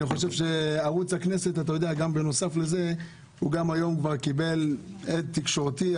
אני חושב שערוץ הכנסת בנוסף לזה גם היום כבר קיבל הד תקשורתי.